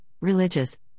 religious